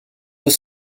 deux